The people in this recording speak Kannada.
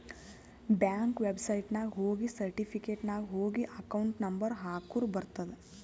ಬ್ಯಾಂಕ್ ವೆಬ್ಸೈಟ್ನಾಗ ಹೋಗಿ ಸರ್ಟಿಫಿಕೇಟ್ ನಾಗ್ ಹೋಗಿ ಅಕೌಂಟ್ ನಂಬರ್ ಹಾಕುರ ಬರ್ತುದ್